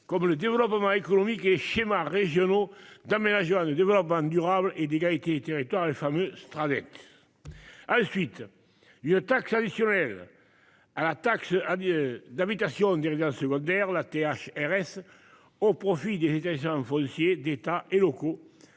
comme le développement économique et les schémas régionaux d'aménagement et de développement durable et d'égalité des territoires et le fameux Stradella. Ensuite une taxe additionnelle à la taxe a lieu d'habitation ni rien secondaire la TH RS. Au profit des des gens foncier d'État et locaux